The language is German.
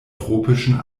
tropischen